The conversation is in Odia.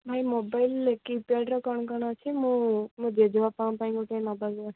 ଭାଇ ମୋବାଇଲ୍ କୀ ପ୍ୟାଡ଼୍ର କ'ଣ କ'ଣ ଅଛି ମୁଁ ମୋ ଜେଜେବାପାଙ୍କ ପାଇଁ ଗୋଟେ ନେବାକୁ ଆସିଛି